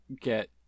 get